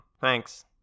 Thanks